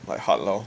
like hard loh